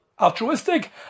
altruistic